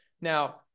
Now